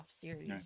series